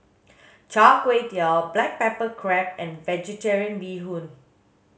char kway teow black pepper crab and vegetarian bee hoon